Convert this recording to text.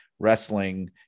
wrestling